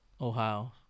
Ohio